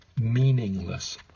meaningless